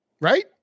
Right